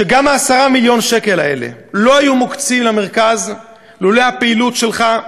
שגם 10 מיליון השקל האלה לא היו מוקצים למרכז לולא הפעילות שלך,